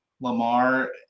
Lamar